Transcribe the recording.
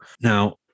Now